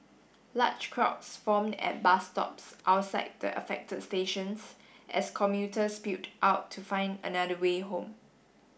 large crowds formed at bus stops outside the affected stations as commuters spilled out to find another way home